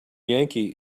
yankee